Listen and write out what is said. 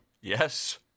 Yes